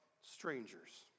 strangers